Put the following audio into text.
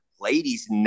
Ladies